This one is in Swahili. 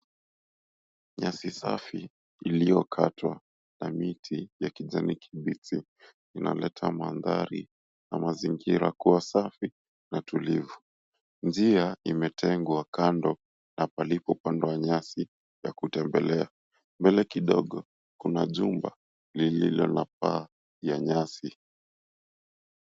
Nyasi safi iliyokatwa na miti ya kijani kibichi, inaleta mandhari na mazingira kuwa safi na tulivu. Njia imetengwa kando na palipopandwa nyasi ya kutembelea. Mbele kidogo kuna jumba lililo la paa ya nyasi.